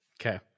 Okay